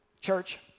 Church